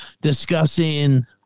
discussing